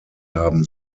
haben